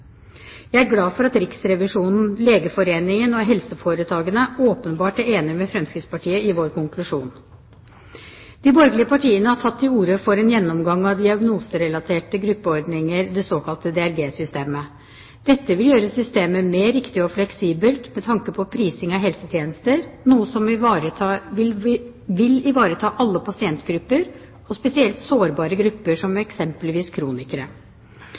Jeg er glad for at Riksrevisjonen, Legeforeningen og helseforetakene åpenbart er enige med Fremskrittspartiet i vår konklusjon. De borgerlige partiene har tatt til orde for en gjennomgang av diagnoserelaterte gruppeordninger, det såkalte DRG-systemet. Dette vil gjøre systemet mer riktig og fleksibelt med tanke på prising av helsetjenester, noe som vil ivareta alle pasientgrupper og spesielt sårbare grupper som eksempelvis kronikere.